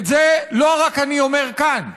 את זה לא רק אני אומר כאן,